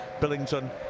Billington